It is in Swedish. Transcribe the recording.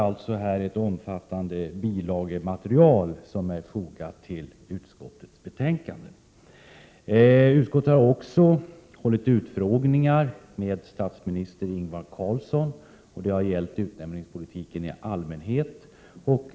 Ett omfattande bilagematerial är fogat till utskottets betänkande. Utskottet har också hållit utfrågningar med statsminister Ingvar Carlsson. Det har gällt utnämningspolitiken i allmänhet.